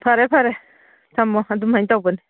ꯐꯔꯦ ꯐꯔꯦ ꯊꯝꯃꯣ ꯑꯗꯨꯝꯍꯥꯏ ꯇꯧꯕꯅꯤ